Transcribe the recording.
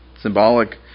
symbolic